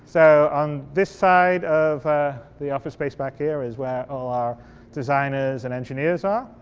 so on this side of the office space back here is where all our designers and engineers are.